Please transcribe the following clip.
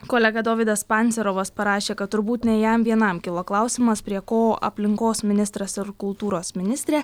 kolega dovydas pancerovas parašė kad turbūt ne jam vienam kilo klausimas prie ko aplinkos ministras ar kultūros ministrė